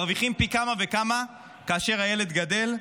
מרוויחים פי כמה וכמה כאשר הילד גדל.